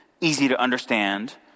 easy-to-understand